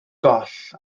goll